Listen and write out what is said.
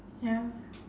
ya